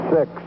Six